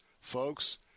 folks